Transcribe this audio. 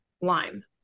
lime